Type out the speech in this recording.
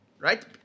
right